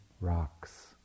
rocks